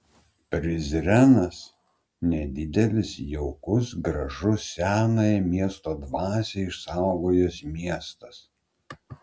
prizrenas nedidelis jaukus gražus senąją miesto dvasią išsaugojęs miestas